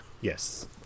Yes